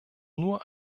nur